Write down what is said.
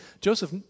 Joseph